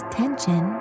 tension